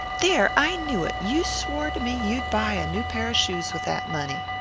there, i knew it! you swore to me you'd buy a new pair of shoes with that money.